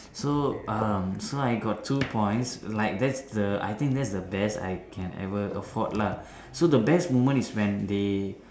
so um so I got two points like thats the I think thats the best that I can ever afford lah so the best moment is when they